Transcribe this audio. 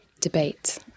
debate